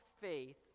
faith